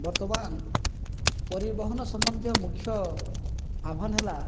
ବର୍ତ୍ତମାନ ପରିବହନ ସମ୍ବନ୍ଧୀୟ ମୁଖ୍ୟ ଆହ୍ଵାନ ହେଲା